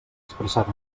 expressat